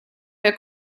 der